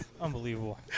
Unbelievable